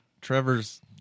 Trevor's